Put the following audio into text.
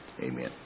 Amen